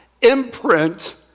imprint